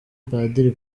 padiri